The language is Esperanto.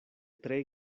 tre